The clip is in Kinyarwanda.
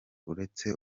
uretse